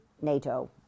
NATO